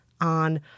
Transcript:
on